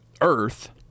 Earth